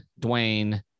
Dwayne